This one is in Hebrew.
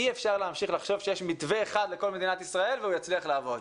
אי אפשר להמשיך לחשוב שיש מתווה אחד לכל מדינת ישראל והוא יצליח לעבוד.